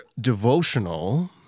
devotional